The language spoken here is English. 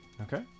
Okay